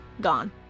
gone